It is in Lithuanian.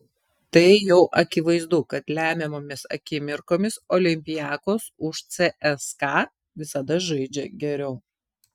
tai jau akivaizdu kad lemiamomis akimirkomis olympiakos už cska visada žaidžia geriau